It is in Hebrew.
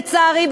לצערי,